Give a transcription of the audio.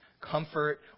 comfort